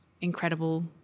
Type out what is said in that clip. incredible